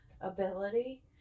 ability